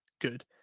good